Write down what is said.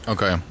Okay